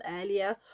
earlier